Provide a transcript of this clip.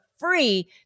free